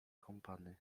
kąpany